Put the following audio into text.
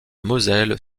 moselle